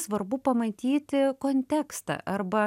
svarbu pamatyti kontekstą arba